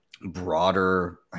broader